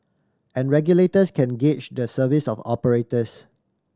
and regulators can gauge the service of operators